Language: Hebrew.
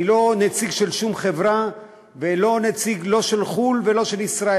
אני לא נציג של שום חברה ולא נציג לא של חו"ל ולא של ישראל.